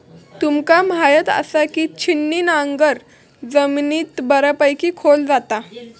तुमका म्हायत आसा, की छिन्नी नांगर जमिनीत बऱ्यापैकी खोल जाता